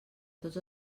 tots